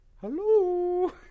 hello